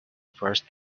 first